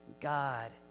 God